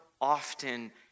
often